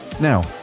now